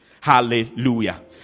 Hallelujah